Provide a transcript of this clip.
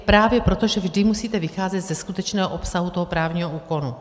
Právě proto, že vždy musíte vycházet ze skutečného obsahu toho právního úkonu.